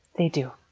they do.